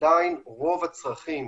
עדיין רוב הצרכים